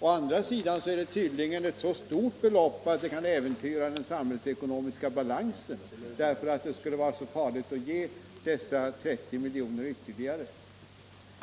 Å andra sidan är det tydligen ett så stort belopp att det kan äventyra den samhällsekonomiska balansen, eftersom det skulle vara så farligt att ge dessa 30 milj.kr. ytterligare.